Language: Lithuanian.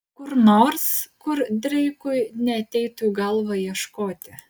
kur nors kur dreikui neateitų į galvą ieškoti